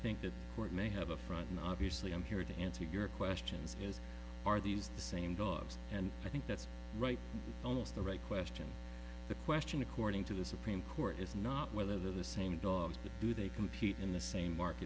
think the court may have a front and obviously i'm here to answer your questions because are these the same dogs and i think that's right almost the right question the question according to the supreme court is not whether the same dogs but do they compete in the same